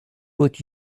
but